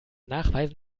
nachweisen